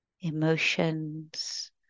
emotions